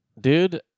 Dude